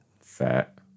Fat